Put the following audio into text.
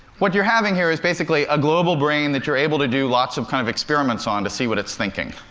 what you're having here is basically a global brain that you're able to do lots of kind of experiments on to see what it's thinking.